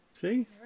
See